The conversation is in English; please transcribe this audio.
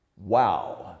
wow